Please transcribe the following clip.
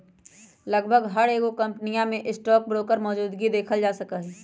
लगभग हर एगो कम्पनीया में स्टाक ब्रोकर मौजूदगी देखल जा सका हई